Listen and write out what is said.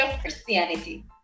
Christianity